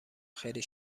خیلی